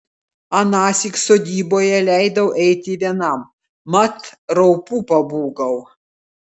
anąsyk sodyboje leidau eiti vienam mat raupų pabūgau